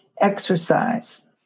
exercise